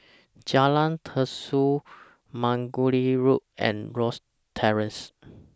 Jalan Terusan Margoliouth Road and Rosyth Terrace